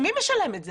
מי משלם את זה?